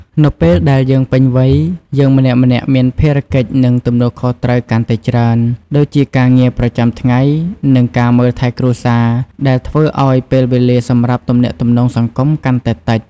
នៅពេលដែលយើងពេញវ័យ យើងម្នាក់ៗមានភារកិច្ច និងទំនួលខុសត្រូវកាន់តែច្រើន ដូចជាការងារប្រចាំថ្ងៃ និងការមើលថែគ្រួសារ ដែលធ្វើឱ្យពេលវេលាសម្រាប់ទំនាក់ទំនងសង្គមកាន់តែតិច។